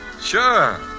Sure